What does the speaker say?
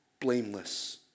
blameless